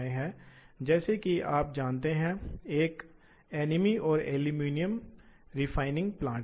तो यह सबसे छोटी है और इसे मूल लंबाई इकाइयाँ कहा जाता है इसलिए इन सभी को आम तौर पर मूल लंबाई इकाई के संदर्भ में कहा जा सकता है